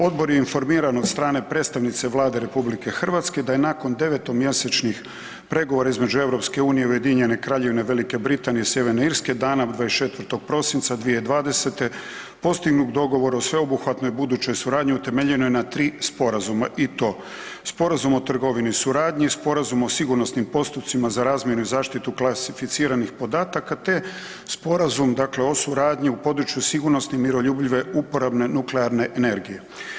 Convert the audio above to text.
Odbor je informiran od strane predstavnice Vlade RH da je nakon 9-mjesečnih pregovora između EU i Ujedinjene Kraljevine Velike Britanije i Sjeverne Irske dana 24. prosinca 2020. postignut dogovor o sveobuhvatnoj budućoj suradnji utemeljenoj na 3 sporazuma i to Sporazum o trgovini i suradnji, Sporazum o sigurnosnim postupcima za razmjenu i zaštitu klasificiranih podataka, te Sporazum dakle o suradnji u području sigurnosne i miroljubive uporabne nuklearne energije.